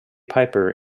piper